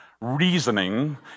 Reasoning